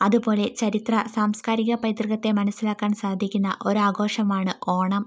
അതുപോലെ ചരിത്ര സാംസ്കാരിക പൈതൃകത്തെ മനസ്സിലാക്കാൻ സാധിക്കുന്ന ഒരാഘോഷമാണ് ഓണം